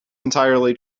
entirely